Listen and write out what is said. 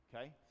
Okay